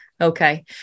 okay